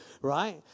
right